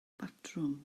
batrwm